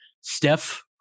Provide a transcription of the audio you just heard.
Steph